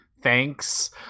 Thanks